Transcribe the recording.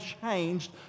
changed